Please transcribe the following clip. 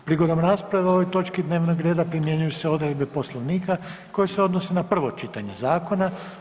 Prigodom rasprave o ovoj točki dnevnog reda primjenjuju se odredbe Poslovnika koje se odnose na prvo čitanje zakona.